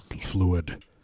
fluid